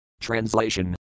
Translation